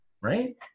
Right